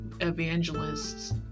evangelists